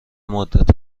مدت